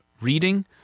reading